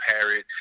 parrot